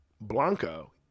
Blanco